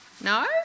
No